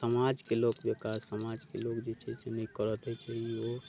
समाजके लोक समाजके लोक जे छै से नहि करऽ दै छै ई ओ